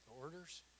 orders